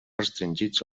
restringits